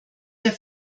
der